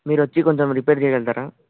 మీరు వచ్చి కొంచెం రిపేర్ చేయగలుగుతారా